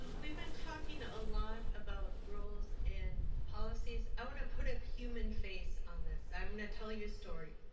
we've been talking a a lot about rules and policies. i want to put a human face on this. i'm going to tell you a story.